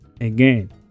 again